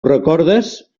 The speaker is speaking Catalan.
recordes